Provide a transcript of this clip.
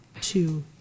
Two